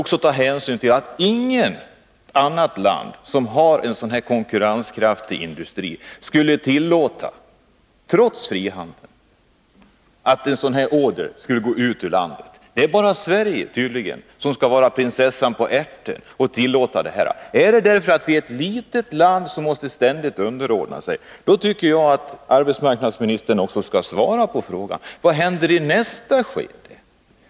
också ta hänsyn till att inget annat land som har en sådan här konkurrenskraftig industri skulle — trots frihandel — tillåta att en order som denna gick till företag utanför det egna landet. Det är bara Sverige som skall vara prinsessan på ärten och tillåta sådant. Beror detta på att Sverige är ett litet land, som ständigt måste underordna sig? I så fall tycker jag att arbetsmarknadsministern bör svara på denna fråga: Vad händer i nästa skede?